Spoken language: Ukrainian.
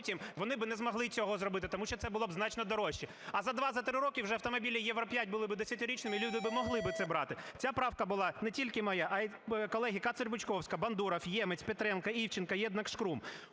вони би не змогли би цього зробити, тому що це було б значно дорожче. А за два, за три роки вже автомобілі Євро-5 були би вже десятирічними, люди би могли би це брати. Ця правка була не тільки моя, а й колеги Кацер-Бучковська, Бандуров, Ємець, Петренко, Івченко, Єднак, Шкрум.